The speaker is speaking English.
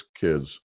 kids